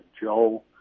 Joe